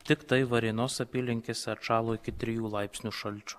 tiktai varėnos apylinkėse atšalo iki trijų laipsnių šalčio